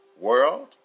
World